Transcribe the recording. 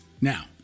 Now